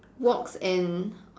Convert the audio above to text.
woks and